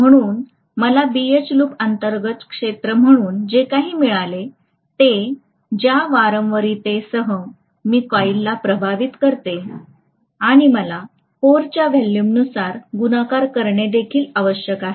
म्हणून मला BH loop अंतर्गत क्षेत्र म्हणून जे काही मिळेल ते ज्या वारंवरीतेसह मी कॉइलला प्रभावित करते आणि मला कोरच्या व्हॉल्यूमनुसार गुणाकार करणे देखील आवश्यक आहे